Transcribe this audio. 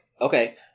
Okay